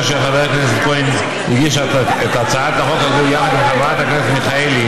כאשר חבר הכנסת כהן הגיש את הצעת החוק הזו יחד עם חברת הכנסת מיכאלי,